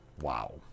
Wow